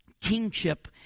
kingship